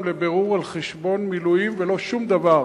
לבירור על חשבון מילואים ולא שום דבר.